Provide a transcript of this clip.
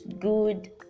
good